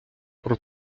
про